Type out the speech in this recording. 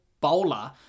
bowler